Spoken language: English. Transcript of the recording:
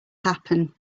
happen